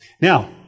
Now